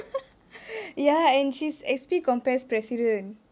ya and she's S_P compass president